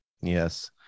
Yes